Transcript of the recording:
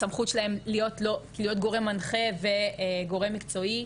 הסמכות שלהם להיות גורם מנחה וגורם מקצועי,